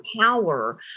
power